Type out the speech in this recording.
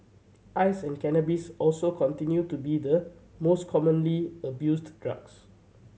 ice and cannabis also continue to be the most commonly abused drugs